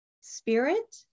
Spirit